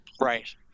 Right